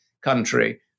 country